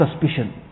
suspicion